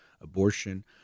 abortion